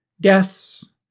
deaths